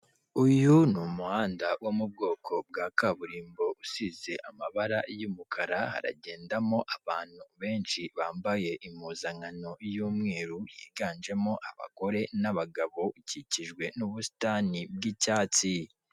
Uyu ni umuhanda wo mu bwoko bwa kaburimbo usize amabara y'umukara haragendamo abantu benshi bambaye impuzankano y'umweru higanjemo abagore n'abagabo ukikijwe n'ubusitani bw'icyatsi.